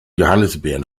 johannisbeeren